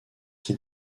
qui